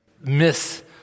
miss